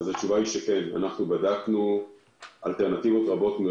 אנחנו בדקנו אלטרנטיבות רבות,